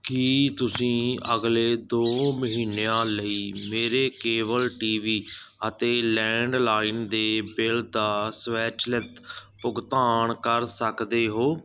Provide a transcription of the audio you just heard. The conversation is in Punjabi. ਕੀ ਤੁਸੀਂਂ ਅਗਲੇ ਦੋ ਮਹੀਨਿਆਂ ਲਈ ਮੇਰੇ ਕੇਬਲ ਟੀ ਵੀ ਅਤੇ ਲੈਂਡਲਾਈਨ ਦੇ ਬਿੱਲ ਦਾ ਸਵੈਚਲਿਤ ਭੁਗਤਾਨ ਕਰ ਸਕਦੇ ਹੋ